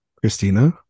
christina